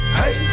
hey